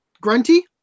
Grunty